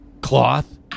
Cloth